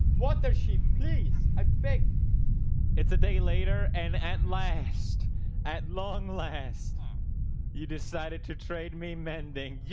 what does she please i think it's a day later and at last at long last you decided to trade me mending.